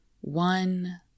one